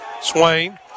Swain